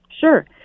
Sure